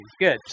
good